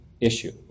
issue